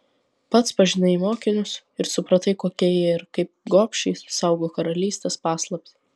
pats pažinai mokinius ir supratai kokie jie ir kaip gobšiai saugo karalystės paslaptį